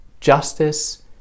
justice